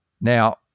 Now